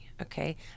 Okay